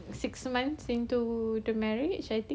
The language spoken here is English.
six months into the marriage I think